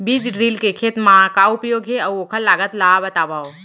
बीज ड्रिल के खेत मा का उपयोग हे, अऊ ओखर लागत ला बतावव?